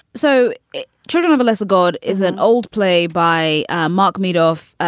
so children of a lesser god is an old play by mark madoff.